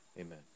amen